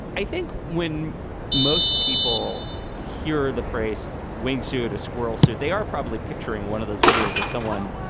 i think when most people hear the phrase wingsuit, a squirrel suit, they are probably picturing one of those videos as someone,